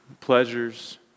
pleasures